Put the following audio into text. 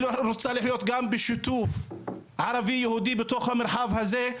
היא רוצה לחיות גם בשיתוף ערבי-יהודי בתוך המרחב הזה.